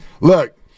look